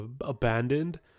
abandoned